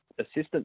assistant